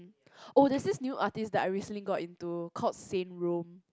oh there's this new artist that I recently got into called Saint Rome